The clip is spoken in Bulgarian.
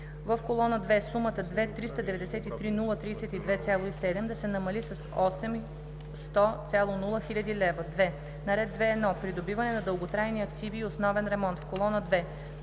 в колона 2 сумата „2 393 032,7“ да се намали с 8 100,0 хил. лв. 2. На ред 2.1 „Придобиване на дълготрайни активи и основен ремонт“, в колона 2